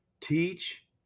teach